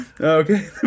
Okay